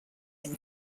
him